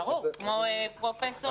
ברור, כמו פרופ'